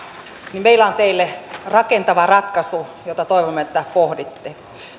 niin meillä on teille rakentava ratkaisu jota toivomme että pohditte